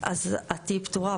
אז את תהיי פטורה.